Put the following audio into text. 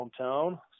hometown